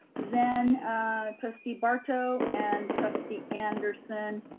then trustee barto, and trustee anderson,